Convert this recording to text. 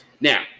now